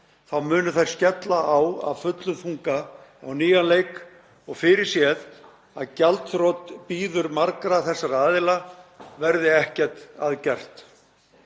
þá munu þær skella á af fullum þunga á nýjan leik og fyrirséð að gjaldþrot bíður margra þessara aðila verði ekkert að gert.